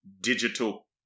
digital